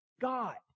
God